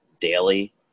daily